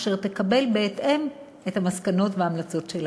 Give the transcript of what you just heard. והיא תקבל בהתאם את המסקנות וההמלצות שלה.